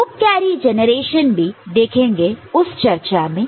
group carry generation भी देखेंगे उस चर्चा में